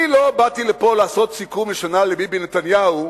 אני לא באתי לפה לעשות סיכום שנה לביבי נתניהו